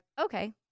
okay